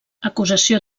acusació